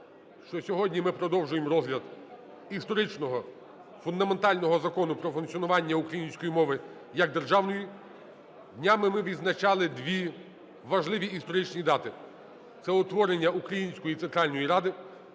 сьогодні ми продовжуємо розгляд історичного, фундаментального Закону про функціонування української мови як державної. Днями ми відзначали дві важливі історичні дати – це утворення Української Центральної Ради